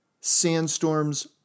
sandstorms